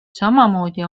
samamoodi